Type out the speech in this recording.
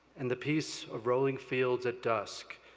and the peace of rolling fields at dusk,